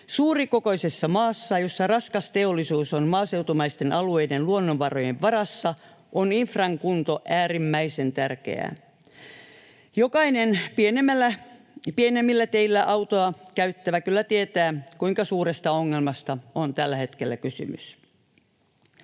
Suurikokoisessa maassa, jossa raskas teollisuus on maaseutumaisten alueiden luonnonvarojen varassa, on infran kunto äärimmäisen tärkeä. Jokainen pienemmillä teillä autoa käyttävä kyllä tietää, kuinka suuresta ongelmasta on tällä hetkellä kysymys.